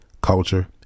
culture